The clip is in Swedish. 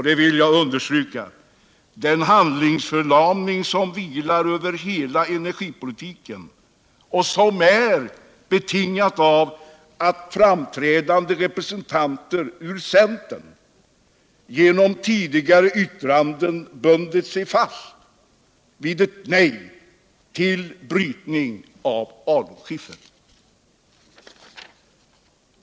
det vill jag understryka. den handlingsförlamning som vilar över hela energipolitiken och som är betingad av att framträdande representanter för centern genom tidigare yttranden bundit sig vid ett nej till brytning av alunskiffer.